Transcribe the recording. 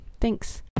Thanks